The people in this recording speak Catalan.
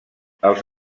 els